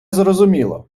зрозуміло